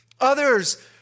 Others